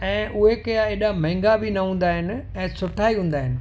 ऐं उहे कहिड़ा एॾा महांगा बि न हूंदा आहिनि ऐं सुठा ई हूंदा आहिनि